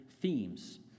themes